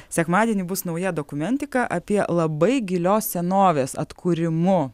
sekmadienį bus nauja dokumentika apie labai gilios senovės atkūrimu